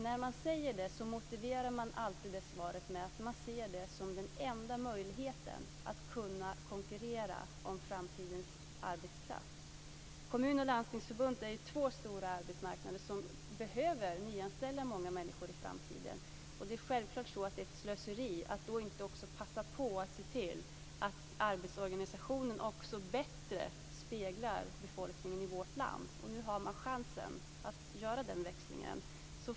När man säger så motiverar man alltid svaret med att man ser det som den enda möjligheten att kunna konkurrera om framtidens arbetskraft. Kommunförbundet och Landstingsförbundet verkar ju inom två stora arbetsmarknader som behöver nyanställa många människor i framtiden. Det är självklart ett slöseri att då inte också passa på att se till att arbetsorganisationen bättre speglar befolkningen i vårt land. Nu har man chansen att göra den växlingen.